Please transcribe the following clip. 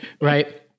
right